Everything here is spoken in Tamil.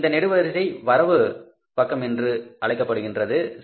மற்றும் இந்த நெடுவரிசை வரவு பக்கம் என்று அழைக்கப்படுகின்றது